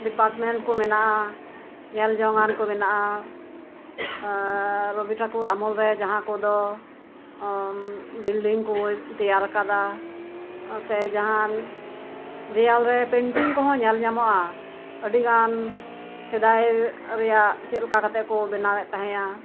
department ᱠᱚ ᱢᱮᱱᱟᱜᱼᱟ ᱧᱮᱞ ᱡᱚᱝᱟᱱ ᱠᱚ ᱢᱮᱱᱟᱜᱼᱟ ᱟᱨ ᱨᱚᱵᱤ ᱴᱷᱟᱠᱩᱨ ᱟᱢᱚᱞ ᱨᱮ ᱡᱟᱦᱟᱸ ᱠᱚᱫᱚ ᱵᱤᱞᱰᱤᱝ ᱠᱚ ᱛᱮᱭᱟᱨ ᱠᱟᱫᱟ ᱥᱮ ᱡᱟᱦᱟᱸᱱ ᱫᱮᱭᱟᱞ ᱨᱮ ᱯᱮᱱᱴᱤᱝ ᱠᱚᱦᱚᱸ ᱧᱮᱞ ᱧᱟᱢᱚᱜᱼᱟ ᱟᱰᱤᱜᱟᱱ ᱥᱮᱫᱟᱭ ᱨᱮᱭᱟᱜ ᱪᱮᱜ ᱞᱮᱠᱟ ᱠᱟᱛᱮᱜ ᱠᱚ ᱵᱮᱱᱟᱣᱮᱜ ᱛᱟᱦᱮᱸᱜᱼᱟ